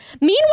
Meanwhile